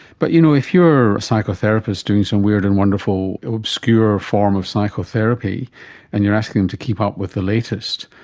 but, you know, if you are a psychotherapist doing some weird and wonderful obscure form of psychotherapy and you are asking them to keep up with the latest,